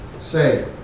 say